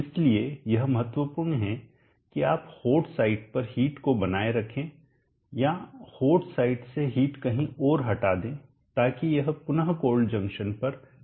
इसलिए यह महत्वपूर्ण है कि आप हॉट साइड पर हीट को बनाए रखें या हॉट साइड से हीट कहीं और हटा दें ताकि यह पुनः कोल्ड जंक्शन पर ना पहुंच सके